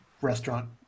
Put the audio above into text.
restaurant